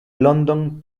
london